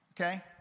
okay